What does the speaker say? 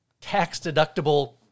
tax-deductible